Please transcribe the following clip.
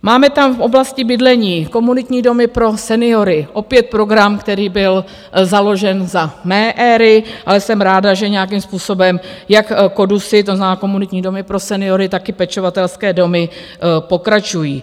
Máme tam v oblasti bydlení komunitní domy pro seniory, opět program, který byl založen za mé éry, ale jsem ráda, že nějakým způsobem jak KoDuSy, to znamená komunitní domy pro seniory, tak i pečovatelské domy pokračují.